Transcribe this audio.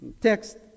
text